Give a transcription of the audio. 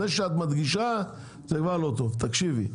זה שאת מדגישה זה כבר לא טוב תקשיבי,